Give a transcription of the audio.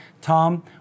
Tom